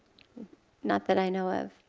not that i know of.